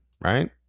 right